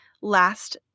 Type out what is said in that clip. last